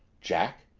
jack!